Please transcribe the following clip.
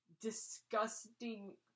disgusting